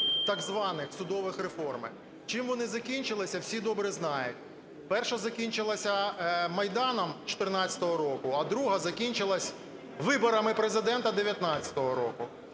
так званих судових реформи. Чим вони закінчилися, всі добре знають: перша закінчилася Майданом 2014 року, а друга закінчилася виборами Президента 2019 року.